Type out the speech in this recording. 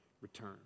return